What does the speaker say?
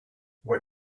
what